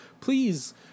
please